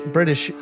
British